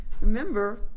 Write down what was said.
Remember